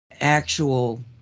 actual